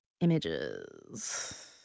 Images